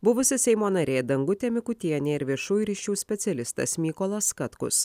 buvusi seimo narė dangutė mikutienė ir viešųjų ryšių specialistas mykolas katkus